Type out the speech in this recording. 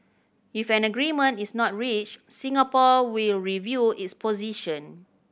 if an agreement is not reached Singapore will review its position